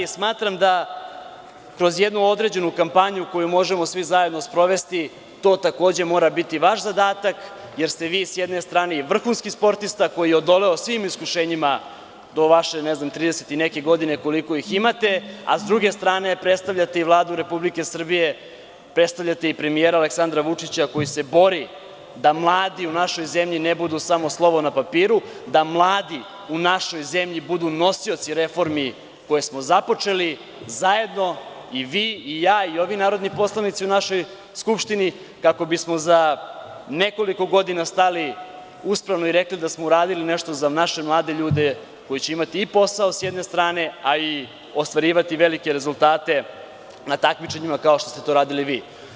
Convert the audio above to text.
Smatram da kroz jednu određenu kampanju koju možemo svi zajedno sprovesti, to takođe mora biti vaš zadatak, jer ste vi s jedne strane i vrhunski sportista koji je odoleo svim iskušenjima do vaše, ne znam 30 i neke godine koliko ih imate, a s druge strane predstavljate i Vladu Republike Srbije, predstavljate i premijera Aleksandra Vučića koji se bori da mladi u našoj zemlji ne budu samo slovo na papiru, da mladi u našoj zemlji budu nosioci reformi koje smo započeli zajedno i vi i ja i ovi narodni poslanici u našoj Skupštini kako bismo za nekoliko godina stali uspravno i rekli sa smo uradili nešto za naše mlade ljude koji će imati i posao s jedne strane, a i ostvarivati velike rezultate na takmičenjima kao što ste to radili vi.